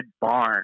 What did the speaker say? barn